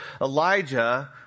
Elijah